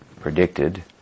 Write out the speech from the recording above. predicted